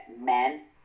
men